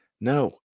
No